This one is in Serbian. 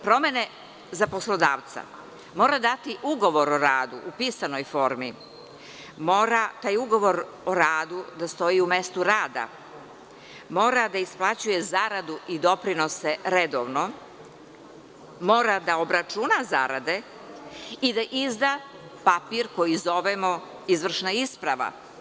Promene za poslodavca, mora dati ugovor o radu, u pisanoj formi, mora taj ugovor o radu da stoji u mestu rada, mora da isplaćuje zaradu i doprinose redovno, mora da obračuna zarade i da izda, papir koji zovemo izvršna isprava.